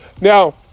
Now